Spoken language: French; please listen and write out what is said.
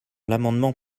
l’amendement